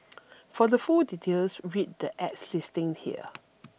for the full details read the ad's listing here